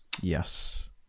Yes